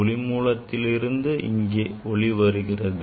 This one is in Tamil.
ஒளி மூலத்திலிருந்து இங்கே ஒளி வருகிறது